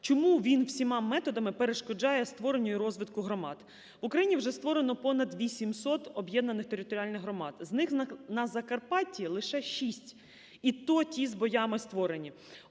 Чому він всіма методами перешкоджає створенню і розвитку громад? В Україні вже створено понад 800 об'єднаних територіальних громад. З них на Закарпатті лише шість, і то ті з боями створенні.